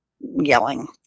yelling